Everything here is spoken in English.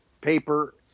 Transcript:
paper